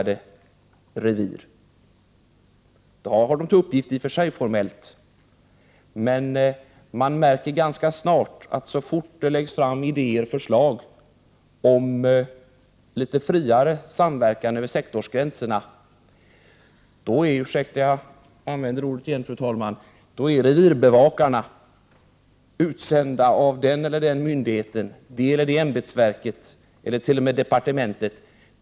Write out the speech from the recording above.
Det är i och för sig deras formella uppgift, men man märker ganska snart att så fort det läggs fram idéer och förslag om litet friare samverkan över sektorsgränserna, är revirbevakarna utsända av den eller den myndigheten, det eller det ämbetsverket eller t.o.m. departementet.